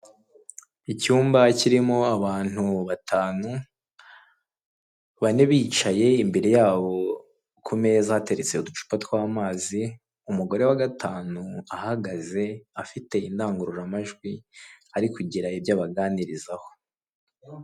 Icyumba kirimo abantu batanu, bane bicaye imbere yabo ku meza hateretse tw'amazi, umugore wa gatanu ahagaze afite indangururamajwi, ari kugira ibyo abaganirizaho.